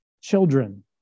children